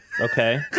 Okay